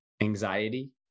anxiety